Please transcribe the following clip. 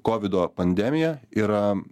kovido pandemija yra